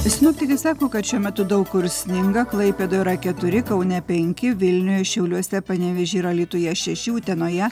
sinoptikai sako kad šiuo metu daug kur sninga klaipėdoj yra keturi kaune penki vilniuj šiauliuose panevėžy ir alytuje šeši utenoje